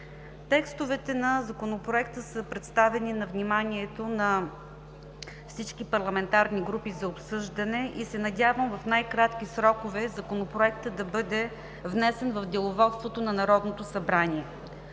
Текстовете на Законопроекта са представени на вниманието на всички парламентарни групи за обсъждане и се надявам в най-кратки срокове Законопроектът да бъде внесен в Деловодството на Народното събрание.